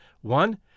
One